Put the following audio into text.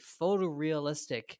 photorealistic